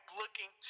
looking